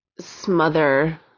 smother